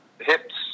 hips